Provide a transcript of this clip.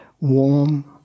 warm